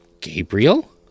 Gabriel